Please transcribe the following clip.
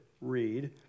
read